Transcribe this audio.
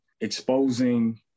exposing